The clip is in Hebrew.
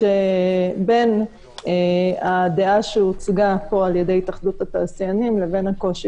בין העמדה שהוצגה פה על ידי התאחדות התעשיינים ובין הקושי